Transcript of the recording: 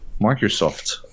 Microsoft